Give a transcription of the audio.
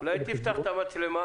עמותת הקשב"ה